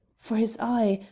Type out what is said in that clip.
for his eye,